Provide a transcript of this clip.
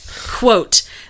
Quote